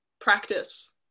practice